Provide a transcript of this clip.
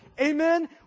amen